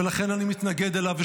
ולכן אני מתנגד אליו.